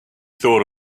thought